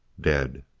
dead.